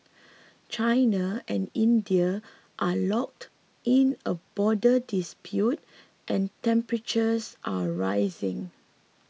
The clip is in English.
China and India are locked in a border dispute and temperatures are rising